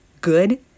good